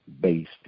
based